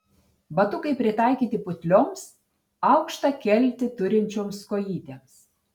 batukai pritaikyti putlioms aukštą keltį turinčioms kojytėms